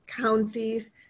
counties